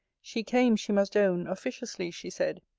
she came, she must own, officiously, she said,